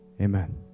Amen